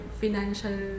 financial